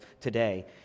today